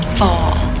fall